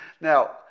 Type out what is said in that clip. Now